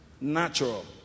natural